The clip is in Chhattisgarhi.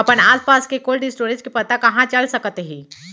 अपन आसपास के कोल्ड स्टोरेज के पता कहाँ चल सकत हे?